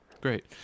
Great